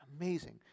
amazing